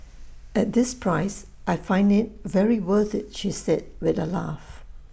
at this price I find IT very worth IT she said with A laugh